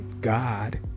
God